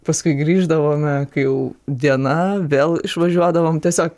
paskui grįždavome kai jau diena vėl išvažiuodavom tiesiog